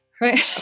right